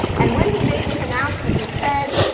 and when he made this announcement he said,